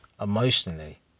emotionally